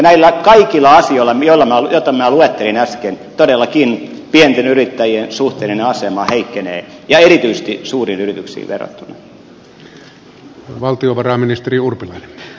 näillä kaikilla asioilla joita minä luettelin äsken todellakin pienten yrittäjien suhteellinen asema heikkenee ja erityisesti suuriin yrityksiin verrattuna